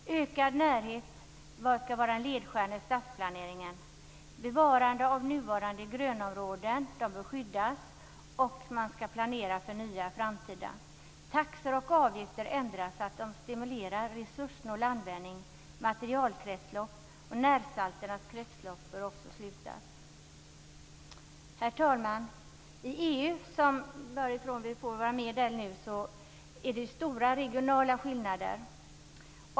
Ökad närhet måste vara en ledstjärna i stadsplaneringen. Man bör skydda och bevara nuvarande grönområden och planera för nya i framtiden. Taxor och avgifter bör ändras så att de stimulerar resurssnål användning. Materialkretslopp och närsalternas kretslopp bör också slutas. Herr talman! Inom EU, varifrån vi nu får våra medel, är det stora regionala skillnader.